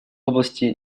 области